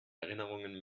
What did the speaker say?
erinnerungen